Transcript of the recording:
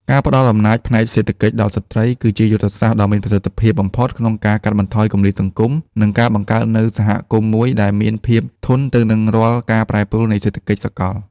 ការផ្ដល់អំណាចផ្នែកសេដ្ឋកិច្ចដល់ស្ត្រី គឺជាយុទ្ធសាស្ត្រដ៏មានប្រសិទ្ធភាពបំផុតក្នុងការកាត់បន្ថយគម្លាតសង្គម និងការបង្កើតនូវសហគមន៍មួយដែលមានភាពធន់ទៅនឹងរាល់ការប្រែប្រួលនៃសេដ្ឋកិច្ចសកល។